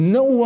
no